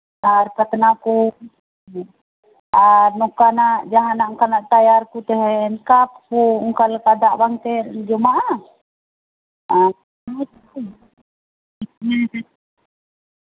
ᱟᱨ ᱠᱟᱛᱞᱟ ᱠᱚ ᱡᱟᱦᱟᱱᱟᱜ ᱚᱱᱠᱟᱱᱟᱜ ᱴᱟᱭᱟᱨ ᱠᱚ ᱛᱟᱦᱮᱱ ᱠᱟᱯ ᱠᱚ ᱛᱟᱦᱮᱱ ᱚᱱᱠᱟ ᱞᱮᱠᱟ ᱫᱟᱜ ᱵᱟᱝ ᱡᱚᱢᱟᱜᱼᱟ